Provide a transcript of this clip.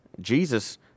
Jesus